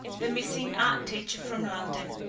the missing art teacher from london,